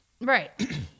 right